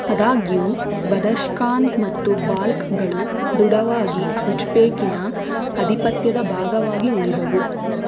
ಆದಾಗ್ಯು ಬದಶ್ಖಾನ್ ಮತ್ತು ಬಾಲ್ಖ್ಗಳು ದೃಢವಾಗಿ ಉಜ್ಪೇಕಿನ ಅಧಿಪತ್ಯದ ಭಾಗವಾಗಿ ಉಳಿದವು